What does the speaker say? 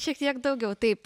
šiek tiek daugiau taip